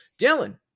Dylan